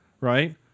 right